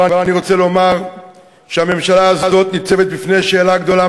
אבל אני רוצה לומר שהממשלה הזאת ניצבת בפני שאלה גדולה,